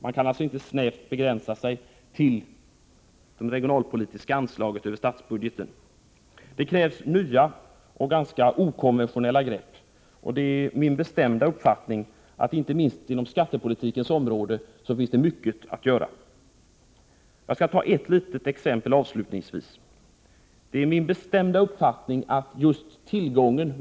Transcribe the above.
Man kan alltså inte snävt begränsa sig till de regionalpolitiska anslagen över statsbudgeten. Det krävs nya och ganska okonventionella grepp. Det är min bestämda uppfattning att det finns mycket att göra inte minst inom skattepolitikens område. Jag skall avslutningsvis ta ett litet exempel.